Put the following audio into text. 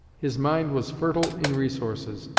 his mind was fertile in resources.